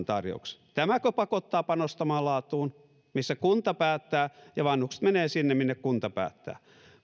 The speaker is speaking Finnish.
tarjouksen tämäkö pakottaa panostamaan laatuun missä kunta päättää ja vanhukset menevät sinne minne kunta päättää